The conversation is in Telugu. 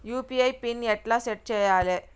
యూ.పీ.ఐ పిన్ ఎట్లా సెట్ చేయాలే?